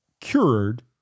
cured